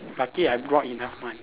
lucky I brought enough money